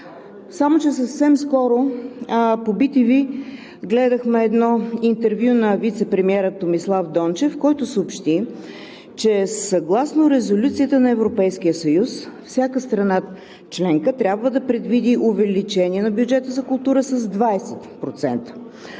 само че съвсем скоро по bTV гледахме едно интервю на вицепремиера Томислав Дончев, който съобщи, че съгласно Резолюцията на Европейския съюз всяка страна членка трябва да предвиди увеличение на бюджета за култура с 20%.